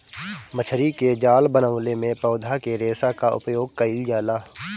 मछरी के जाल बनवले में पौधा के रेशा क उपयोग कईल जाला